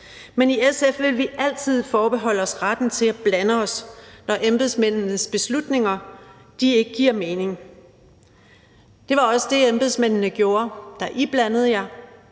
Men i SF vil vi altid forbeholde os retten til at blande os, når embedsmændenes beslutninger ikke giver mening. Det var også det, embedsmændene gjorde, da I blandede jer.